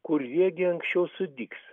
kurie gi anksčiau sudygs